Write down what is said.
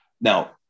now